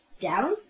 Down